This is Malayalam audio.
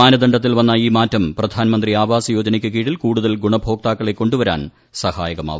മാനദണ്ഡത്തിൽ വന്ന ഈ മാറ്റം പ്രധാൻമന്ത്രി ആവാസ് യോജനക്കു കീഴിൽ കൂടുതൽ ഗുണഭോക്താക്കളെ കൊണ്ടുവരാൻ സഹായകമാവും